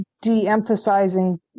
de-emphasizing